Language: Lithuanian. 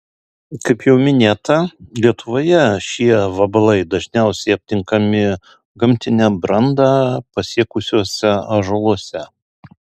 kaip jau minėta lietuvoje šie vabalai dažniausiai aptinkami gamtinę brandą pasiekusiuose ąžuoluose